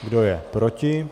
Kdo je proti?